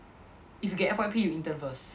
if you get F_Y_P you intern first